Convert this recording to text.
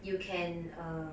you can err